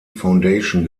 foundation